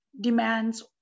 demands